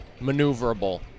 maneuverable